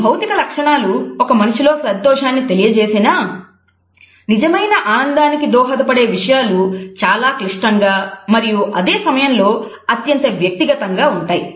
ఈ భౌతిక లక్షణాలు ఒక మనిషిలో సంతోషాన్ని తెలియజేసినా నిజమైన ఆనందానికి దోహదపడే విషయాలు చాలా క్లిష్టంగా మరియు అదే సమయంలో అత్యంత వ్యక్తిగతంగా ఉంటాయి